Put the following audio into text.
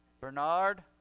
Bernard